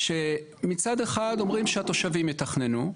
כשמצד אחד אומרים שהתושבים יתכננו,